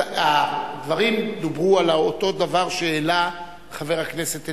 הדברים דוברו על אותו דבר שהעלה חבר הכנסת אלדד.